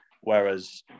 Whereas